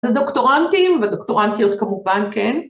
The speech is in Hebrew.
‫זה דוקטורנטים, ‫והדוקטורנטיות כמובן, כן,